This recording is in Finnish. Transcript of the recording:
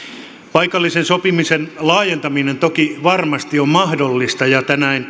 paikallisen sopimisen laajentaminen toki varmasti on mahdollista ja tänään